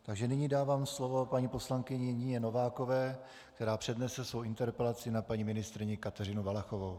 Takže nyní dávám slovo paní poslankyni Nině Novákové, která přednese svou interpelaci na paní ministryni Kateřinu Valachovou.